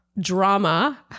drama